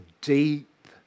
deep